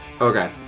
Okay